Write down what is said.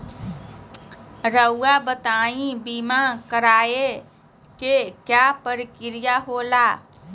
रहुआ बताइं बीमा कराए के क्या प्रक्रिया होला?